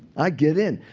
i get in.